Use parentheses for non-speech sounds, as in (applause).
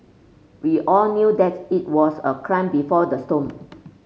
we all knew that's it was a calm before the storm (noise)